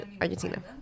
Argentina